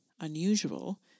unusual